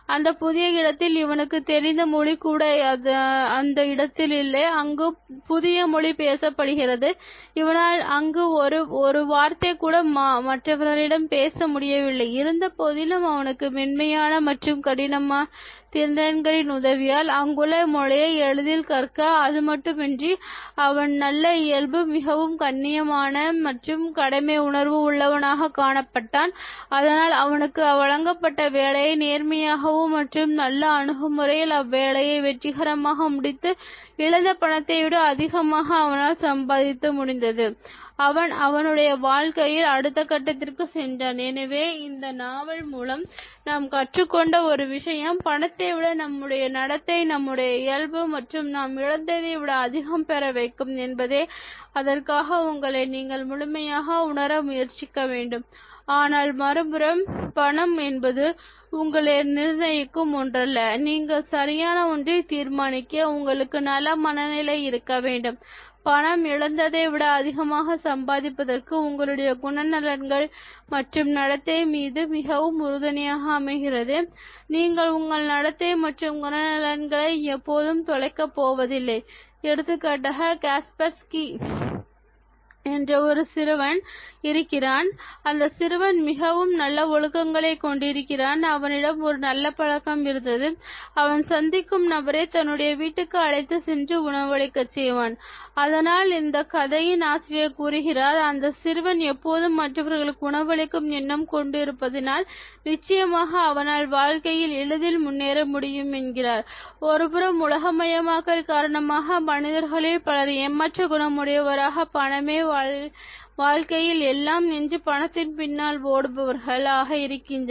அந்தப் புதிய இடத்தில் இவனுக்கு தெரிந்த மொழி கூட அந்த இடத்தில் இல்லை அங்கு புதிய மொழி பேசப்படுகிறது இவனால் அங்கு ஒரு வார்த்தை கூட மற்றவர்களிடம் பேச முடியவில்லை இருந்தபோதிலும் அவனுக்கு மென்மையான மற்றும் கடின திறன்களின் உதவியால் அங்குள்ள மொழியை எளிதில் கற்க அதுமட்டுமின்றி அவன் நல்ல இயல்பு மிகவும் கண்ணியமான மற்றும் கடமை உணர்வு உள்ளவனாக காணப்பட்டான் அதனால் அவனுக்கு வழங்கப்பட்ட வேலையை நேர்மையாக மற்றும் நல்ல அணுகுமுறையில் அவ்வேலையை வெற்றிகரமாக முடித்து இழந்த பணத்தை விட அதிகமாக அவனால் சம்பாதிக்க முடிந்தது அவன் அவனுடைய வாழ்க்கையில் அடுத்த கட்டத்திற்கு சென்றான் எனவே இந்த நாவல் மூலம் நாம் கற்றுக்கொண்ட ஒரு விஷயம் பணத்தைவிட நம்முடைய நடத்தை நம்முடைய இயல்பு நாம் இழந்ததை விட அதிகம் பெற வைக்கும் என்பதே அதற்காக உங்களை நீங்கள் முழுமையாக உணர முயற்சிக்க வேண்டும் ஆனால் மறுபுறம் பணம் என்பது உங்களைநிர்ணயிக்கும் ஒன்றல்ல நீங்கள் சரியான ஒன்றை தீர்மானிக்க உங்களுக்கு நல்ல மனநிலை இருக்க வேண்டும் பணம் இழந்ததை விட அதிகமாக சம்பாதிப்பதற்கு உங்களுடைய குணநலன்கள் மற்றும் நடத்தை மீது மிகவும் உறுதுணையாக அமைகிறது நீங்கள் உங்கள் நடத்தை மற்றும் குணநலன்களை எப்பொழுதும் தொலைக்க போவதில்லை எடுத்துக்காட்டாக கஸ்பர்ஸ்கி என்ற ஒரு சிறுவன் இருக்கிறான் அந்த சிறுவன் மிகவும் நல்ல ஒழுக்கங்களை கொண்டிருக்கிறான் அவனிடம் ஒரு நல்ல பழக்கம் இருந்ததுஅவன் சந்திக்கும்நபரை தன்னுடைய வீட்டுக்கு அழைத்து சென்று உணவளிக்க செய்வான் அதனால் இந்த கதையின் ஆசிரியர் கூறுகிறார் அந்த சிறுவன் எப்பொழுதும் மற்றவர்களுக்கு உணவளிக்கும் எண்ணம் கொண்டு இருப்பதினால் நிச்சயமாக அவனால் வாழ்க்கையில் எளிதில் முன்னேற முடியும் என்கிறார் ஒருபுறம் உலகமயமாக்கல் காரணமாக மனிதர்களில் பலர் ஏமாற்ற குணம் உடையவராக பணமே வாழ்க்கையில் எல்லாம் என்று பணத்தின் பின்னால் ஓடுபவர்கள் ஆக இருக்கின்றனர்